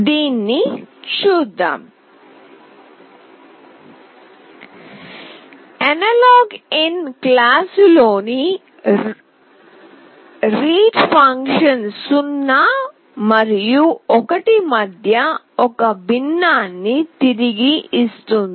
దీనిని చూద్దాం analog in class లోని రీడ్ ఫంక్షన్ 0 మరియు 1 మధ్య ఒక భిన్నాన్ని తిరిగి ఇస్తుంది